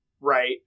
Right